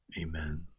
amen